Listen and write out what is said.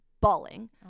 bawling